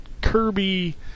Kirby